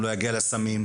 הוא לא יגיע לסמים.